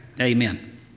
Amen